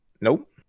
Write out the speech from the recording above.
nope